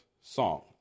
song